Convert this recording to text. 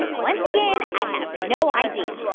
but once again, i have no idea.